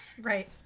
Right